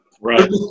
right